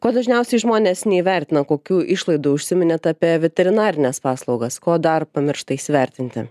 ko dažniausiai žmonės neįvertina kokių išlaidų užsiminėt apie veterinarines paslaugas ko dar pamiršta įsivertinti